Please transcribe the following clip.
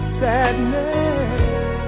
sadness